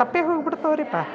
ತಪ್ಪಿಹೋಗಿ ಬಿಡ್ತವೆರಿಪ್ಪ